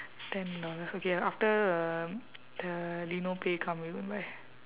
ten dollars okay after um the leno pay come we go and buy